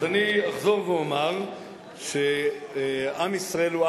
אבל זה לא רלוונטי, מגלגל עיניים.